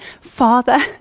Father